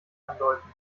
andeuten